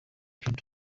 clinton